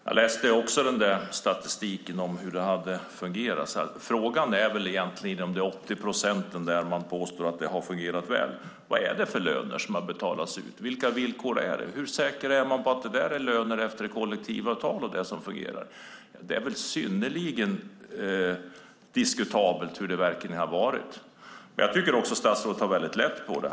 Herr talman! Jag läste också statistiken över hur det har fungerat. Frågan är väl egentligen hur det varit för de 80 procent som man påstår att det har fungerat väl för: Vad är det för löner som har betalats ut? Vilka villkor är det? Hur säker är man på att det är löner efter kollektivavtal? Det är synnerligen diskutabelt hur det verkligen har varit. Jag tycker att statsrådet tar väldigt lätt på det.